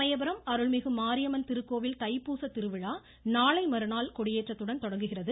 சமயபுரம் அருள்மிகு மாரியம்மன் திருக்கோவில் தைப்பூசத் திருவிழா நாளைமறுநாள் கொடியேற்றத்துடன் தொடங்குகிறது